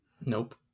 Nope